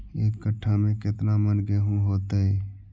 एक कट्ठा में केतना मन गेहूं होतै?